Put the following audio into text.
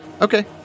Okay